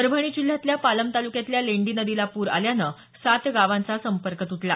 परभणी जिल्ह्यातल्या पालम तालुक्यातल्या लेंडी नदीला पूर आल्यानं सात गावांचा संपर्क तुटला